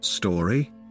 story